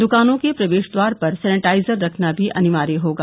दुकानों के प्रवेश द्वार पर सेनिटाइजर रखना भी अनिवार्य होगा